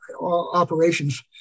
operations